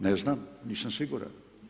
Ne znam, nisam siguran.